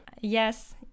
Yes